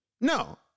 No